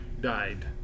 died